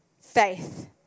Faith